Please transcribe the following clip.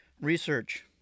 Research